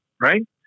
right